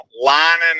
lining